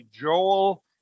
Joel